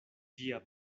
ĝia